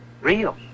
Real